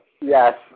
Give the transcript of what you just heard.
Yes